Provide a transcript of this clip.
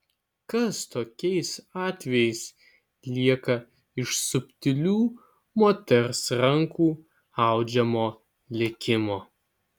kas tokiais atvejais lieka iš subtilių moters rankų audžiamo likimo